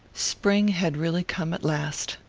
spring had really come at last.